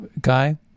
guy